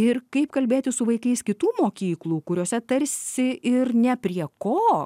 ir kaip kalbėti su vaikais kitų mokyklų kuriose tarsi ir ne prie ko